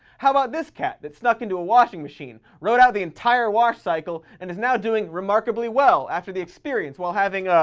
how about this cat that snuck into a washing machine, rode out the entire wash cycle, and is now doing remarkably well after the experience while having, ah,